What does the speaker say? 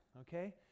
okay